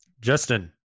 Justin